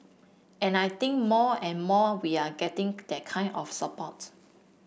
and I think more and more we are getting that kind of support